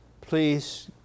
please